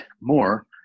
more